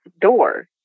door